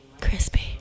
crispy